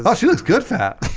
ah she looks good fat